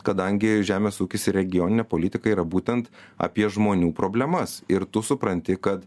kadangi žemės ūkis regioninė politika yra būtent apie žmonių problemas ir tu supranti kad